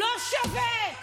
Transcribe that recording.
לא שווה.